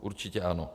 Určitě ano.